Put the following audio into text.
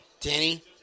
Danny